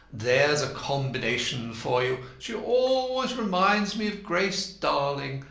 there's a combination for you. she always reminds me of grace darling.